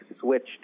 switched